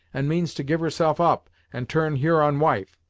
and means to give herself up, and turn huron wife.